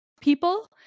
people